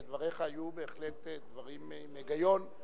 ודבריך היו בהחלט דברים עם היגיון,